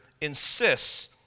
insists